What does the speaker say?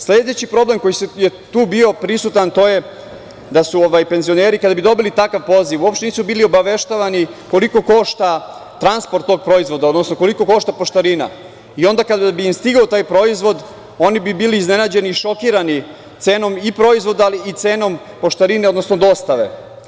Sledeći problem koji je bio tu prisutan je da su penzioneri kada bi dobili takav poziv, uopšte nisu bili obaveštavani koliko košta transport tog proizvoda, odnosno koliko košta poštarina i onda kada bi im stigao taj proizvod, oni bi bili iznenađeni i šokirani cenom i proizvoda, ali i cenom poštarine, odnosno dostave.